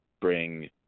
bring